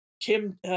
Kim